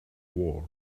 war